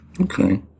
Okay